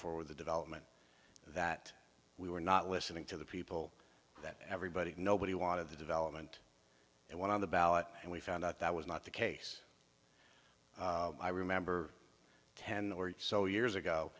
for the development that we were not listening to the people that everybody nobody wanted the development and one on the ballot and we found out that was not the case i remember ten or so years ago